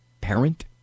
parent